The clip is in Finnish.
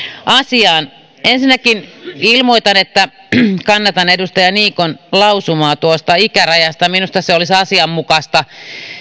asiaan ensinnäkin ilmoitan että kannatan edustaja niikon lausumaa tuosta ikärajasta minusta se olisi asianmukaista